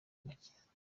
make